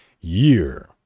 year